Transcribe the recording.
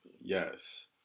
Yes